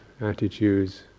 attitudes